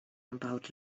about